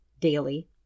daily